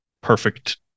perfect